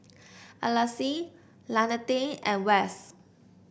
Alease Lanette and Wes